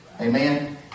Amen